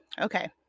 Okay